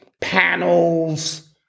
panels